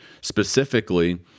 specifically